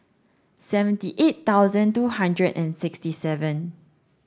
seventy eight thousand two hundred and sixty seven